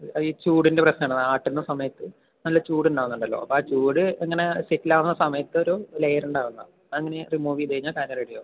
അത് ഈ ചൂടിൻ്റ പ്രശ്നം ആണ് ആട്ടുന്ന സമയത്ത് നല്ല ചൂട് ഉണ്ടാവുന്നുണ്ടല്ലൊ അപ്പം ആ ചൂട് ഇങ്ങനെ സെറ്റിൽ ആവുന്ന സമയത്ത് ഒരു ലെയർ ഉണ്ടാവുന്നതാണ് അങ്ങനെ റിമൂവ് ചെയ്തു കഴിഞ്ഞാൽ തനിയെ റെഡി ആവും